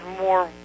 more